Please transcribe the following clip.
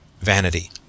vanity